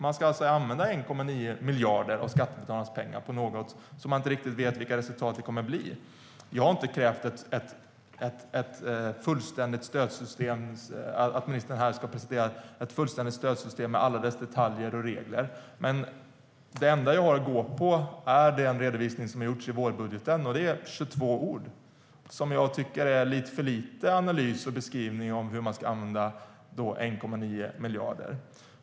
Man ska alltså använda 1,9 miljarder av skattebetalarnas pengar till något som man inte riktigt vet resultaten av. Jag har inte krävt att ministern ska presentera ett fullständigt stödsystem här, med alla dess detaljer och regler. Men det enda jag har att gå på är den redovisning som har gjorts i vårbudgeten. Och den är på 22 ord, vilket jag tycker är en lite för liten analys och beskrivning av hur man ska använda 1,9 miljarder.